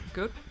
good